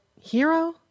Hero